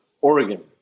Oregon